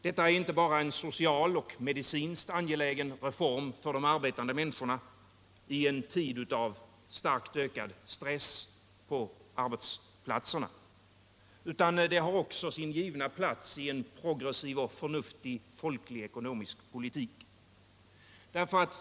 Detta är inte bara en socialt och medicinskt angelägen reform för de arbetande människorna i en tid av starkt ökad stress på arbetsplatserna, utan en arbetstidsförkortning har också sin givna plats i en progressiv och förnuftig folklig ekonomisk politik.